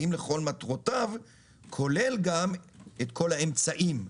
האם לכל מטרותיו כולל גם את כל האמצעים,